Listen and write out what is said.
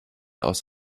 aus